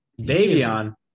Davion